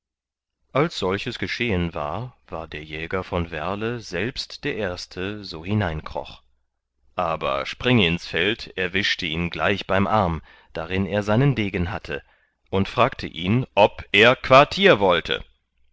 als solches geschehen war der jäger von werle selbst der erste so hineinkroch aber springinsfeld erwischte ihn gleich beim arm darin er seinen degen hatte und fragte ihn ob er quartier wollte